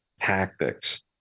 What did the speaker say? tactics